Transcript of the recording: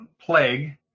plague